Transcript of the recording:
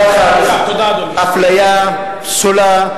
תחת אפליה פסולה.